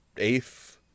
eighth